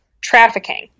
trafficking